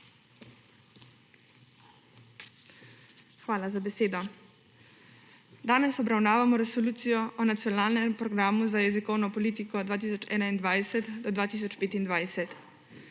Hvala za besedo. Danes obravnavamo resolucijo o nacionalnem programu za jezikovno politiko 2021-2025.